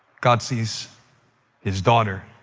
god sees his daughter.